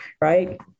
Right